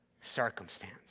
circumstance